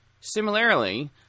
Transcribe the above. Similarly